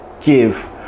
give